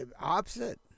opposite